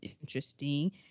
interesting